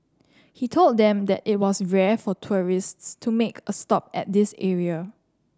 he told them that it was rare for tourists to make a stop at this area